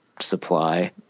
supply